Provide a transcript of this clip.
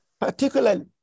particularly